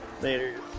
Later